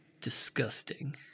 disgusting